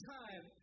time